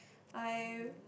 I